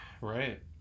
Right